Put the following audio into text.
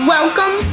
Welcome